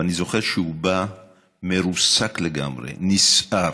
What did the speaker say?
ואני זוכר שהוא בא מרוסק לגמרי, נסער.